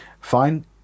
Fine